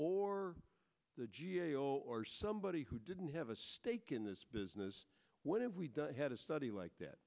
or the g a o or somebody who didn't have a stake in this business when if we had a study like that